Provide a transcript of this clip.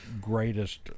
greatest